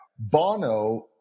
Bono